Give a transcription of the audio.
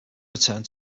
returned